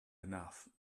enough